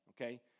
okay